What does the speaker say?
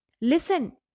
Listen